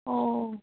অঁ